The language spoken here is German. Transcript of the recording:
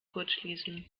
kurzschließen